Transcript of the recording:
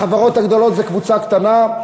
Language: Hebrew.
החברות הגדולות זה קבוצה קטנה.